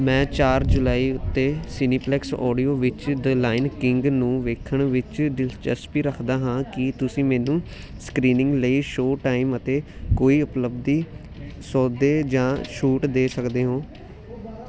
ਮੈਂ ਚਾਰ ਜੁਲਾਈ ਉੱਤੇ ਸਿਨੇਪਲੇਕਸ ਓਡੀਓਨ ਵਿਚ ਦ ਲਾਇਨ ਕਿੰਗ ਨੂੰ ਵੇਖਣ ਵਿੱਚ ਦਿਲਚਸਪੀ ਰੱਖਦਾ ਹਾਂ ਕੀ ਤੁਸੀਂ ਮੈਨੂੰ ਸਕ੍ਰੀਨਿੰਗ ਲਈ ਸ਼ੋਅ ਟਾਈਮ ਅਤੇ ਕੋਈ ਉਪਲਬਧ ਸੌਦੇ ਜਾਂ ਛੂਟ ਦੇ ਸਕਦੇ ਹੋ